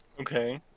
Okay